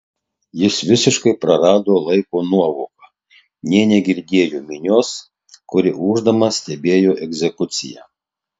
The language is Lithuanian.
jis visiškai prarado laiko nuovoką nė negirdėjo minios kuri ūždama stebėjo egzekuciją